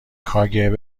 کاگب